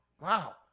Wow